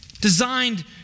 designed